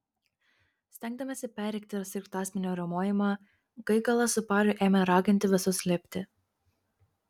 stengdamiesi perrėkti sraigtasparnio riaumojimą gaigalas su pariu ėmė raginti visus lipti